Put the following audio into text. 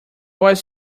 was